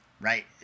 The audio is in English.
right